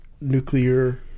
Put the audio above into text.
nuclear